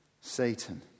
Satan